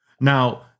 Now